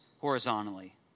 horizontally